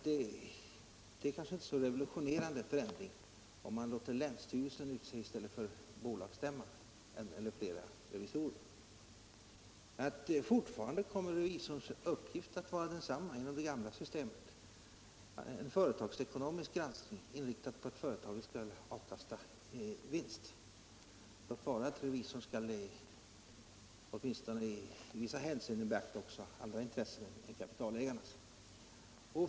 Det är måhända inte ens en så revolutionernade förändring om man låter länsstyrelsen i stället för bolagsstämman utse en eller flera revisorer. Fortfarande kommer revisorernas uppgift att vara densamma som i det gamla systemet: en företagsekonomisk granskning, inriktad på att företaget skall ge vinst — låt vara att revisorerna skall, åtminstone i vissa avseenden, beakta också andra intressen än kapitalägarnas.